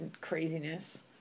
craziness